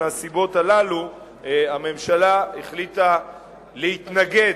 מהסיבות הללו הממשלה החליטה להתנגד.